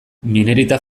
minerita